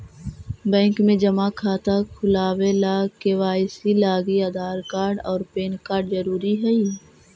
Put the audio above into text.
bank में जमा खाता खुलावे ला के.वाइ.सी लागी आधार कार्ड और पैन कार्ड ज़रूरी हई